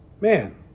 Man